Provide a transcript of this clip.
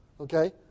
Okay